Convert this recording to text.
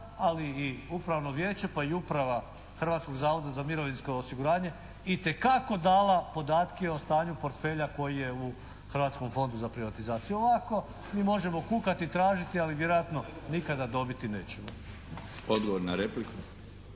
ali i Upravno vijeće, pa i uprava Hrvatskog zavoda za mirovinsko osiguranje itekako dala podatke o stanju portfelja koji je u Hrvatskom fondu za privatizaciju. Ovako mi možemo kukati, tražiti, ali vjerojatno nikada dobiti nećemo. **Milinović,